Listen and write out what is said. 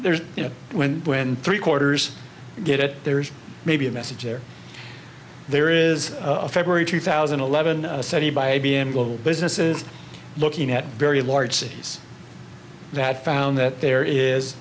there's you know when when three quarters get it there is maybe a message where there is a february two thousand and eleven study by a b m global business is looking at very large cities that found that there is